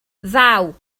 ddaw